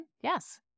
yes